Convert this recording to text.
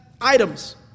items